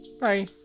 Bye